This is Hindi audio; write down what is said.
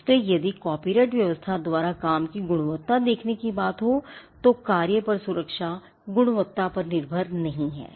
इसलिएयदि कॉपीराइट व्यवस्था द्वारा काम की गुणवत्ता देखने की बात होतो कार्य पर सुरक्षा गुणवत्ता पर निर्भर नहीं है